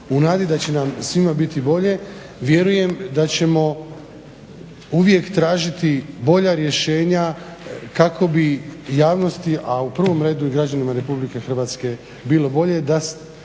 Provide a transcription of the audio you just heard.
U nadi da će nam svima biti bolje vjerujem da ćemo uvijek tražiti bolja rješenja kako bi javnosti, a u prvom redu i građanima RH bilo bolje